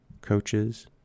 coaches